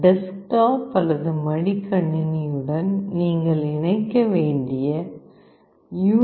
desktop அல்லது மடிக்கணினியுடன் நீங்கள் இணைக்க வேண்டிய யூ